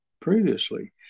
previously